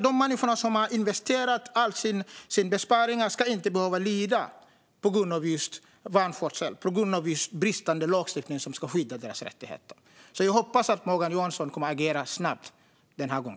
De människor som har investerat alla sina besparingar ska inte behöva lida på grund av vanskötsel eller bristande lagstiftning när det gäller att skydda deras rättigheter. Jag hoppas att Morgan Johansson kommer att agera snabbt denna gång.